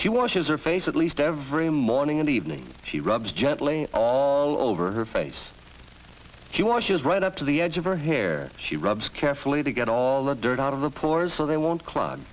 she washes her face at least every morning and evening she rubs gently all over her face she washes right up to the edge of her hair she rubs carefully they get all the dirt out of the pores so they won't cl